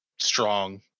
strong